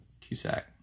Cusack